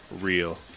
real